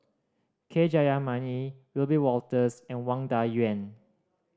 K Jayamani Wiebe Wolters and Wang Dayuan